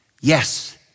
yes